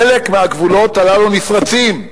חלק מהגבולות הללו נפרצים.